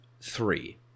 three